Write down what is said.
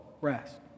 rest